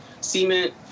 Cement